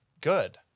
good